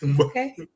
Okay